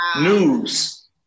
News